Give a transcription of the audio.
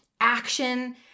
action